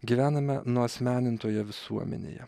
gyvename nuasmenintoje visuomenėje